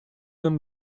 them